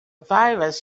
virus